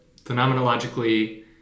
phenomenologically